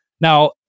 Now